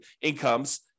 incomes